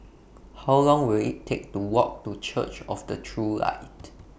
How Long Will IT Take to Walk to Church of The True Light